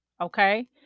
okay